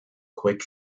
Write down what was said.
quick